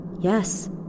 Yes